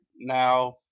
Now